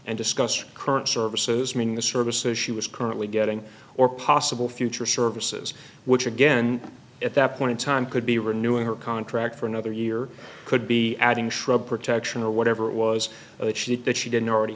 the services she was currently getting or possible future services which again at that point in time could be renewing her contract for another year could be adding shrub protection or whatever it was that she didn't already